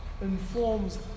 informs